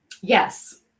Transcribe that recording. Yes